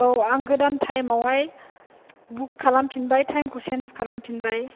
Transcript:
औ आं गोदान टाइम आवहाय बुक खालामफिनबाय टाइम खौ सेन्ज खालामफिनबाय